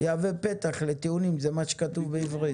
יהווה פתח לטיעונים שזה מה שכתוב בעברית.